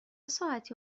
ساعتی